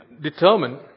determine